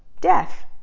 death